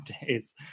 days